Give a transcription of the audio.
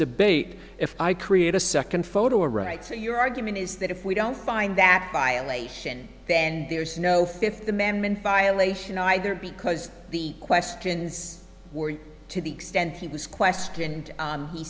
debate if i create a second photo a right so your argument is that if we don't find that violation then there is no fifth amendment violation either because the questions were to the extent he was questioned